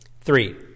Three